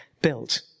built